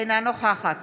אינה נוכחת